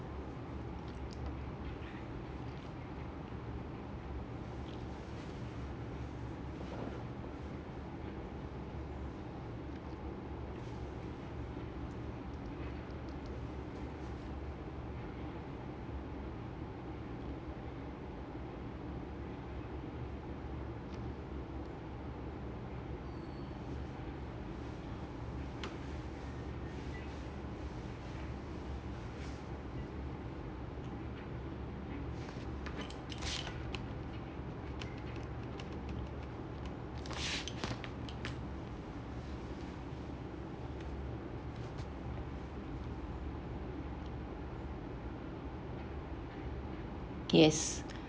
yes